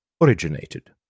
originated